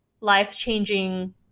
life-changing